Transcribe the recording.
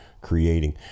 creating